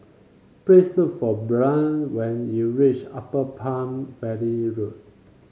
please look for Brandt when you reach Upper Palm Valley Road